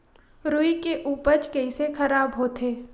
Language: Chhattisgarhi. रुई के उपज कइसे खराब होथे?